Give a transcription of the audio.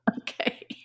Okay